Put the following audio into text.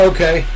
Okay